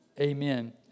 amen